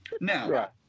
Now